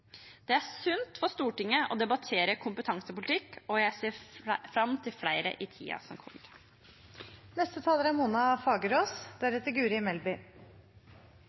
Det er sunt for Stortinget å ha debatter om kompetansepolitikk, og jeg ser fram til flere i tiden som kommer. Dagens arbeidsliv er